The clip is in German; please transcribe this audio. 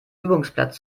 übungsplatz